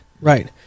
Right